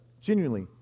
genuinely